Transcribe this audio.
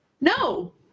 No